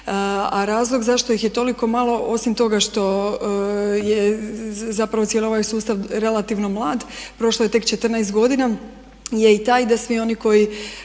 A razlog zašto ih je toliko malo osim toga što je zapravo cijeli ovaj sustav relativno mlad, prošlo je tek 14 godina je i taj da svi oni koji